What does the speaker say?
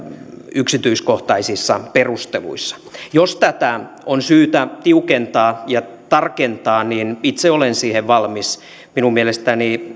yksityiskohtaisissa perusteluissa jos tätä on syytä tiukentaa ja tarkentaa niin itse olen siihen valmis minun mielestäni